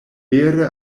vere